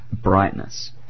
brightness